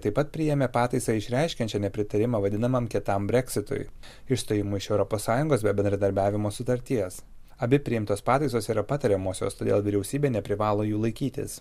taip pat priėmė pataisą išreiškiančią nepritarimą vadinamam kietam breksitui išstojimui iš europos sąjungos be bendradarbiavimo sutarties abi priimtos pataisos yra patariamosios todėl vyriausybė neprivalo jų laikytis